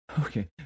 Okay